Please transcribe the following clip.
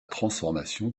transformation